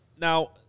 Now